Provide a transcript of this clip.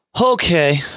okay